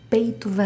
Peito